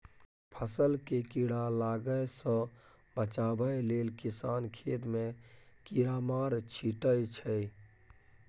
फसल केँ कीड़ा लागय सँ बचाबय लेल किसान खेत मे कीरामार छीटय छै